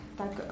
tak